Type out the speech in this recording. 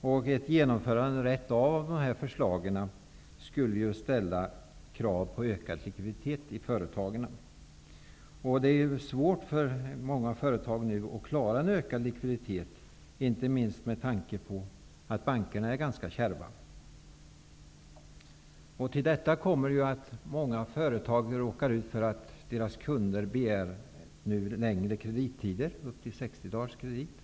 Ett direkt genomförande av de framlagda förslagen skulle ställa krav på ökad likviditet i företagen. Det är för närvarande svårt för många företag att klara en ökning av likviditeten, inte minst med tanke på att bankerna är ganska kärva. Till detta kommer att många företag nu råkar ut för att deras kunder begär längre kredittider, upp till 60 dagars kredit.